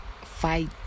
fight